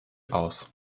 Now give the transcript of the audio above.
aus